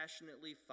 passionately